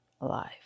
alive